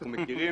אנחנו מכירים.